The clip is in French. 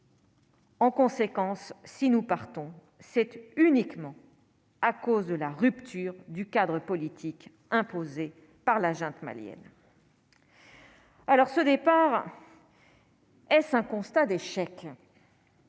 En conséquence, si nous partons cette uniquement. à cause de la rupture du cadre politique imposée par la junte malienne. Alors ce départ. Est-ce un constat d'échec.